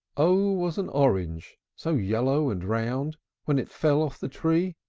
o was an orange so yellow and round when it fell off the tree,